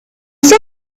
saw